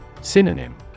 Synonym